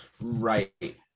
Right